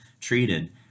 treated